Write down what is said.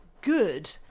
good